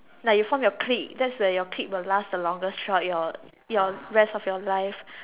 like you form your clique that's where your clique will last the longest throughout your your rest of your life